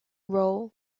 role